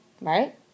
Right